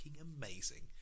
Amazing